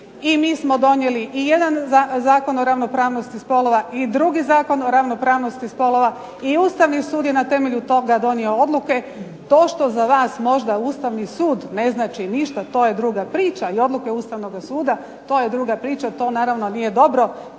i mi smo donijeli i jedan Zakon o ravnopravnosti spolova i drugi Zakon o ravnopravnosti spolova i Ustavni sud je na temelju toga donio odluke. To što za vas možda Ustavni sud ne znači ništa, to je druga priča i odluke Ustavnoga suda, to je druga priča, to naravno nije dobro